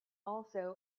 also